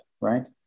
Right